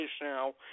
now